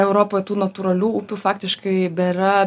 europoj tų natūralių upių faktiškai bėra